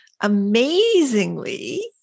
amazingly